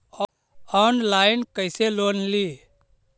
Online कैसे loan ली?